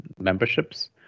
memberships